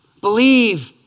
believe